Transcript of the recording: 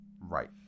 right